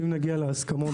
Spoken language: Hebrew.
אם נגיע להסכמות,